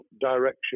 direction